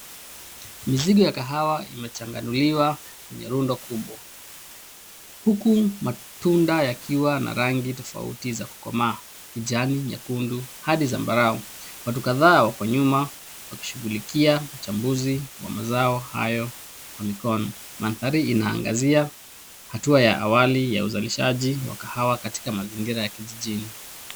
Mizigo ya kahawa imechanganuliwa kwenye rundo kubwa huku matunda yakiwa na rangi tofauti za kukomaa, kijani, nyekundu, hadi zambarau. Watu kadhaa wako nyuma wakishughulia uchambuzi wa mazao hayo kwa mikono. Mandhari inaangazia hatua ya awali ya uzalishaji wa kahawa katika mazingira ya kijijini.